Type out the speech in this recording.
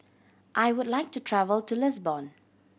I would like to travel to Lisbon